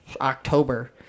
October